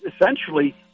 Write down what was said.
essentially